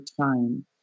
time